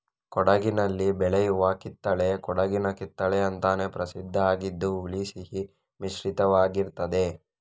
ಕೊಡಗಿನಲ್ಲಿ ಬೆಳೆಯುವ ಕಿತ್ತಳೆ ಕೊಡಗಿನ ಕಿತ್ತಳೆ ಅಂತಾನೇ ಪ್ರಸಿದ್ಧ ಆಗಿದ್ದು ಹುಳಿ ಸಿಹಿ ಮಿಶ್ರಿತವಾಗಿರ್ತದೆ